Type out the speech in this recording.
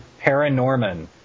Paranorman